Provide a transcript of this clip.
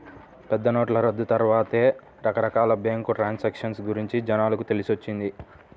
పెద్దనోట్ల రద్దు తర్వాతే రకరకాల బ్యేంకు ట్రాన్సాక్షన్ గురించి జనాలకు తెలిసొచ్చింది